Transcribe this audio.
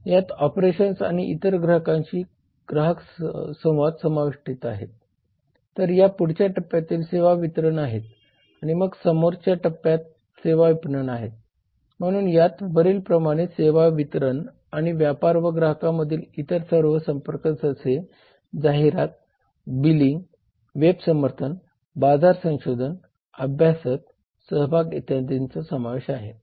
यात ऑपरेशन्स आणि इतर ग्राहकांशी ग्राहक संवाद समाविष्ट आहे